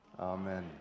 Amen